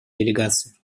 делегации